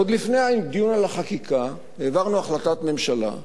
עוד לפני הדיון על החקיקה העברנו החלטה בממשלה,